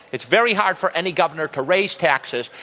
it's very hard for any governor to raise taxes.